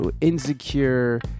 insecure